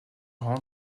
rang